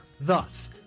Thus